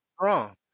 wrong